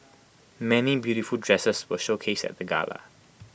many beautiful dresses were showcased at the gala